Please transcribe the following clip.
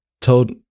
told